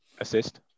assist